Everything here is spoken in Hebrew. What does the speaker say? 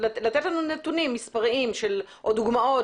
לתת לנו נתונים מספריים או דוגמאות